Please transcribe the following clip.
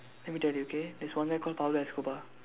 let me tell you okay there's one guy called Pablo Escobar